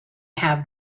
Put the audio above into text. have